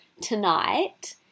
tonight